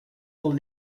dans